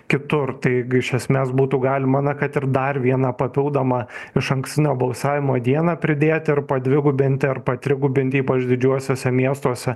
kitur taigi iš esmės būtų galima na kad ir dar vieną papildomą išankstinio balsavimo dieną pridėti ar padvigubinti ar patrigubinti ypač didžiuosiuose miestuose